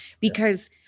because-